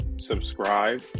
subscribe